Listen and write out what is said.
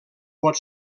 pot